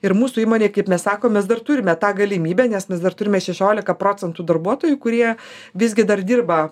ir mūsų įmonėj kaip mes sakom mes dar turime tą galimybę nes mes dar turime šešiolika procentų darbuotojų kurie visgi dar dirba